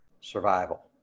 survival